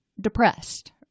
depressed